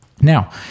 Now